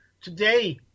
today